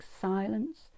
silence